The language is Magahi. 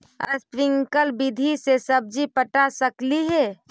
स्प्रिंकल विधि से सब्जी पटा सकली हे?